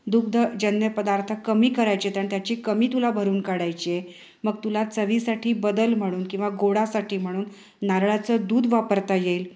दुग्धजन्य पदार्थ कमी करायचेत आणि त्याची कमी तुला भरून काढायची आहे मग तुला चवीसाठी बदल म्हणून किंवा गोडासाठी म्हणून नारळाचं दूध वापरता येईल